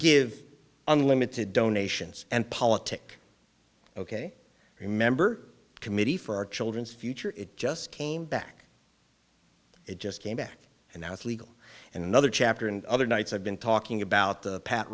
give unlimited donations and politic ok remember committee for our children's future it just came back it just came back and now with legal another chapter and other nights i've been talking about the pat